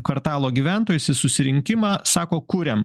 kvartalo gyventojus į susirinkimą sako kuriam